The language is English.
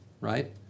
right